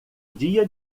dia